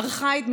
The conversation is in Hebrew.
ארכאית,